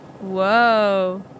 Whoa